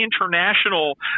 international